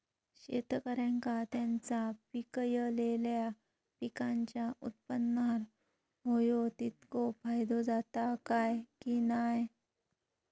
शेतकऱ्यांका त्यांचा पिकयलेल्या पीकांच्या उत्पन्नार होयो तितको फायदो जाता काय की नाय?